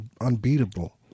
unbeatable